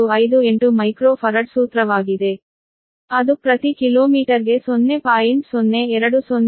453 microfarad ಸೂತ್ರವಾಗಿದೆ ಅದು ಪ್ರತಿ ಕಿಲೋಮೀಟರ್ಗೆ 0